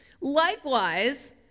Likewise